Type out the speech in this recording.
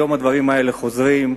היום הדברים האלה חוזרים.